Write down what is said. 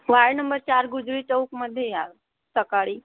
Y number चार गुजरी चौकमध्ये या सकाळी